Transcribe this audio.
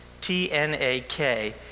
T-N-A-K